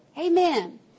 Amen